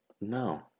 No